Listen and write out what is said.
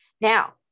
Now